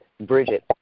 Bridget